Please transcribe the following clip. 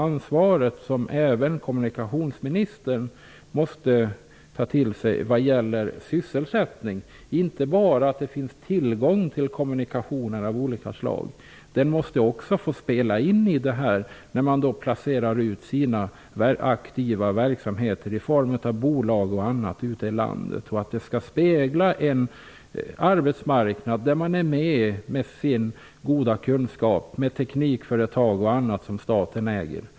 Jag tycker att kommunikationsministern även måste ta till sig av det regionalpolitiska ansvaret för sysselsättningen. Det gäller inte bara att det finns tillgång till olika slag av kommunikation, det gäller även utplacerandet av aktiva verksamheter i form av bolag osv. i landet. Ansvaret skall speglas på en arbetsmarknad där staten finns representerad i form av teknikföretag och goda kunskaper.